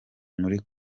muri